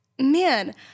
man